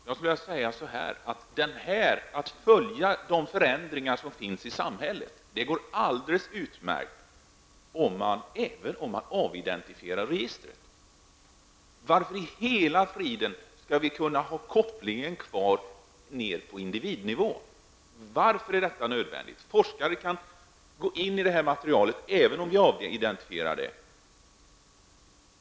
Fru talman! Det går alldeles utmärkt att följa de förändringar som sker i samhället även om man avidentifierar registret. Varför i hela fridens namn skall vi ha kopplingen kvar ner på individnivå? Varför är detta nödvändigt? Forskare kan gå in i detta material även om vi avidentifierar det.